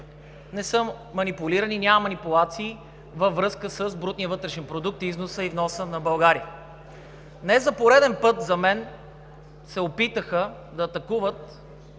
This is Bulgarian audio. не са манипулирани, няма манипулации във връзка с брутния вътрешен продукт, износа и вноса на България. За мен днес за пореден път се опитаха да атакуват